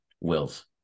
wills